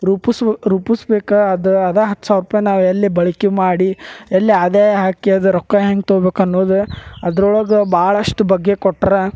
ರೂಪಿಸಿ ರೂಪಿಸ್ಬೇಕಾ ಅದು ಅದಾ ಹತ್ತು ಸಾವಿರ ರೂಪಾಯನ್ನ ನಾವು ಎಲ್ಲಿ ಬಳಕೆ ಮಾಡಿ ಎಲ್ಲ ಆದಾಯ ಹಾಕಿ ಅದು ರೊಕ್ಕ ಹೆಂಗೆ ತೊಬೇಕನ್ನುದು ಅದ್ರೊಳಗೆ ಭಾಳಷ್ಟು ಬಗ್ಗೆ ಕೊಟ್ರಾ